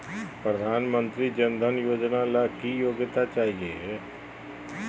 प्रधानमंत्री जन धन योजना ला की योग्यता चाहियो हे?